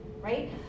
Right